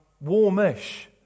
warmish